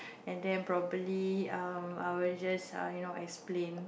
and then probably um I will just uh you know explain